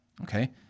Okay